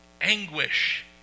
anguish